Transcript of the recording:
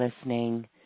listening